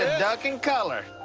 ah duck and color.